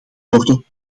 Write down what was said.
worden